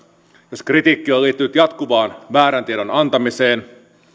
jos kritiikki on liittynyt jatkuvaan väärän tiedon antamiseen